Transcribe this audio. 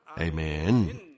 Amen